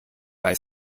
bei